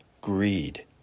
Greed